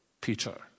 Peter